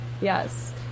Yes